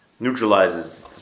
Neutralizes